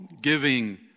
giving